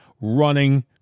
running